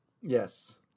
Yes